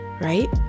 right